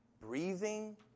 breathing